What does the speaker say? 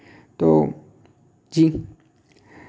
तो जी